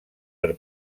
per